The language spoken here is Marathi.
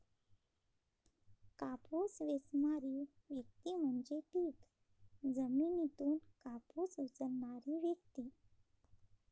कापूस वेचणारी व्यक्ती म्हणजे पीक जमिनीतून कापूस उचलणारी व्यक्ती